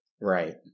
Right